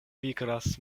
migras